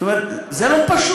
זאת אומרת, זה לא פשוט.